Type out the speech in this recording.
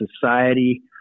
society